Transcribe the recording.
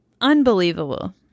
unbelievable